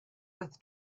with